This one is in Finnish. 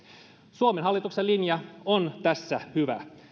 suomen hallituksen linja on tässä hyvä